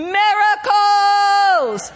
miracles